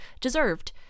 Deserved